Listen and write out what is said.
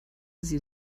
sie